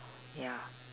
ya